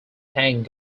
thank